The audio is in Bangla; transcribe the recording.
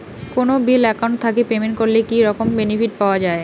কোনো বিল একাউন্ট থাকি পেমেন্ট করলে কি রকম বেনিফিট পাওয়া য়ায়?